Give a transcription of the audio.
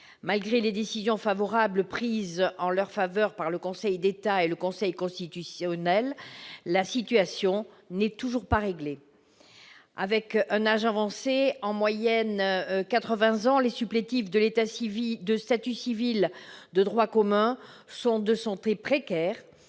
Malgré des décisions favorables prises à leur égard par le Conseil d'État et le Conseil constitutionnel, leur situation n'est toujours pas réglée. Du fait de leur âge avancé- ils ont en moyenne 80 ans -, les supplétifs de statut civil de droit commun sont de santé précaire.